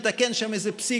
מתקן שם איזה פסיק,